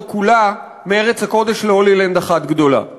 כולה מארץ הקודש ל"הולילנד" אחת גדולה.